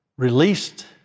released